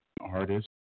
artist